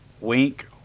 Wink